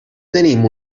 tenim